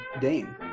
Dane